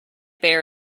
bear